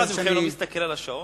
אף אחד מכם לא מסתכל על השעון?